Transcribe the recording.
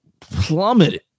plummeted